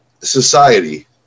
society